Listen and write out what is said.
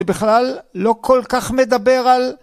ובכלל לא כל כך מדבר על...